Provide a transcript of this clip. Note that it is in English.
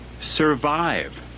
survive